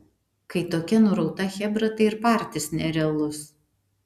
kai tokia nurauta chebra tai ir partis nerealus